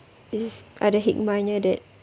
is ada hikmahnya that